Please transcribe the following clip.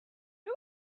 who